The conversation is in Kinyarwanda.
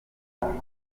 inkuru